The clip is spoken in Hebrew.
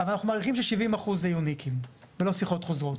אבל אנחנו מעריכים ש-70% זה אנשים ולא שיחות חוזרות.